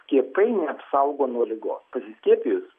skiepai neapsaugo nuo ligos pasiskiepijus